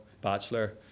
bachelor